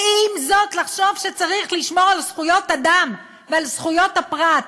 ועם זאת לחשוב שצריך לשמור על זכויות אדם ועל זכויות הפרט.